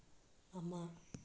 ꯑꯃ